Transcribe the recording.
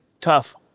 tough